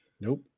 Nope